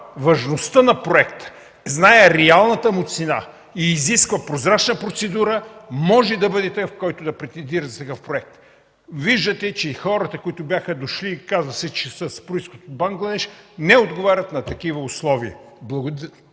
важността на проекта, знае реалната му цена, изисква прозрачна процедура, може да претендира за такъв проект. Виждате, че хората, които бяха дошли (каза се, че са с произход от Бангладеш), не отговарят на такива условия. Благодаря